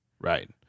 Right